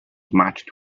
matched